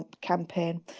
campaign